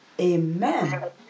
Amen